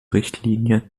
richtlinie